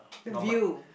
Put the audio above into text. view